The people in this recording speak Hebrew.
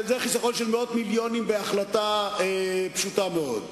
זה חיסכון של מאות מיליונים בהחלטה פשוטה מאוד.